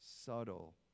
subtle